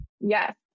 Yes